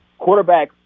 quarterbacks